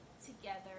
Together